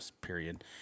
period